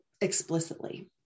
explicitly